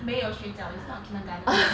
没有睡觉 is not kindergarten